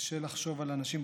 קשה לחשוב על אנשים,